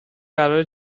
قرار